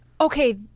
Okay